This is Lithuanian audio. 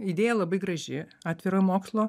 idėja labai graži atviro mokslo